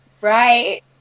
Right